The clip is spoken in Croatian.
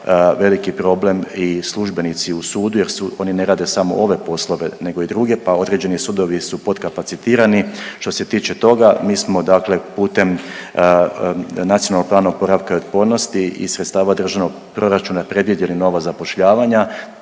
veliki problem i službenici u sudu jer su, oni ne rade samo ove poslove nego i druge, pa određeni sudovi su potkapacitirani. Što se tiče toga mi smo dakle putem NPOO-a iz sredstava državnog proračuna predvidjeli nova zapošljavanja,